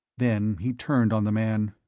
then he turned on the man.